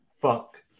fuck